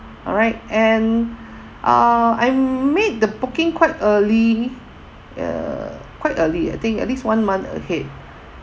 alright and uh I made the booking quite early uh quite early I think at least one month ahead